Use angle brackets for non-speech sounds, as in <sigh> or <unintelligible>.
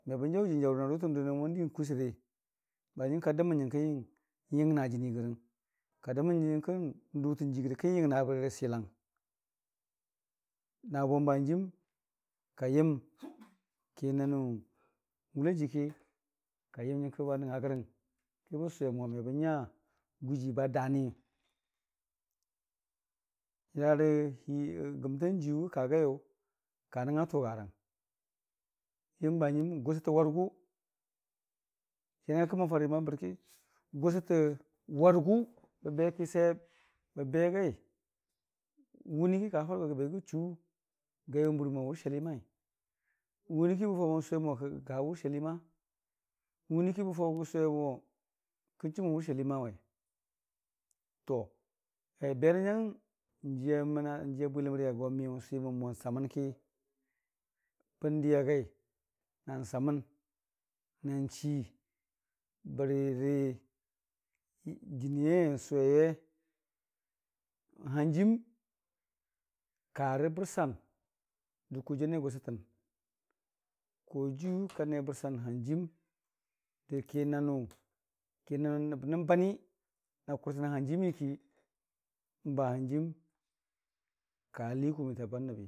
Me bən jaʊ jənii jaʊri na n'dʊtən dʊwi mo nakina n'yəgii n'kwisəre bahənjiim ka dəmən nyəngkən yəngna jənii jaʊri rəgəng ka dəmə nyənkən dʊtən jiiki n'yəngna bərirə silang, no bo n'banjiim ka yəm ki na nʊ n'wʊku jiiki ka yəm nyəriki ba nəngnga gərəng kəbən sʊwo momebən nya gujii ba daani nyərari <hesitation> gəmtan jiiyu ka gaiyʊ ka nəngnga tʊgarang bərkin banjiim gʊsə tə warigʊ jii a nəngnga ki mən fari bərki gʊsətə wargʊ bəbe ki <unintelligible> bəbe gai wʊnii ki ka farə go gə chu gʊ n'bɨrɨmo ursheliimai, wʊni ki bʊ faʊgo mo gəka urshelima, n'wʊniiki bə faʊgo n'sʊwe mo kən chumə ursheliimawa <unintelligible> berə nyang n'jiiya mʊna n'jiiya bwiləmri yʊ agwa miyʊ n'swimən mo n'samən ki bəndi agai na n'samən na n'chii bərirə jənii yaiyə n'sʊweiye n'hanjiim karə bərsan da kojiiyu anee a gʊsətən, kajiiyu ka ne bərsan hanjim ki kinanʊ ki nan nəb nən bani a kʊrtəna banjiimiki n'balianjiim ka.